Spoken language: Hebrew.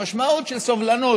המשמעות של סובלנות,